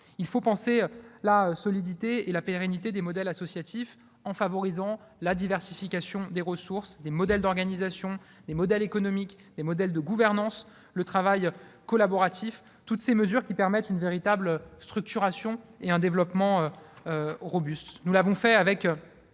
Il faut penser la solidité et la pérennité des modèles associatifs en favorisant la diversification des ressources, des modèles d'organisation, des modèles économiques et des modèles de gouvernance, ainsi que le travail collaboratif, toutes ces mesures permettant une véritable structuration et un développement robuste.